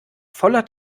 voller